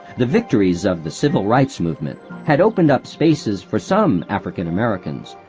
the victories of the civil rights movement had opened up spaces for some african-americans,